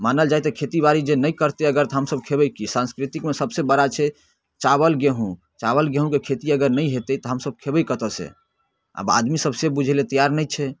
मानल जाइ तऽ जे खेतीबाड़ी जे नहि करतै अगर तऽ हमसभ खेबै कि साँस्कृतिकमे सबसँ बड़ा छै चावल गेहूँ चावल गेहूँके खेती अगर नहि हेतै तऽ हमसभ खेबै कतऽसँ आब आदमीसभ से बुझैलए तैआर नहि छै